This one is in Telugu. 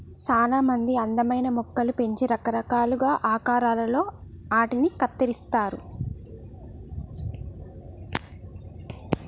సానా మంది అందమైన మొక్కలు పెంచి రకరకాలుగా ఆకారాలలో ఆటిని కత్తిరిస్తారు